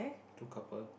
two couple